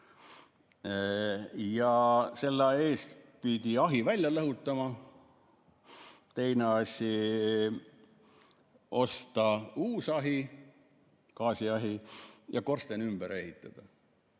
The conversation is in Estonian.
Selle eest pidi ahi välja lõhutama. Teine asi, osta uus ahi, gaasiahi, ja korsten ümber ehitada.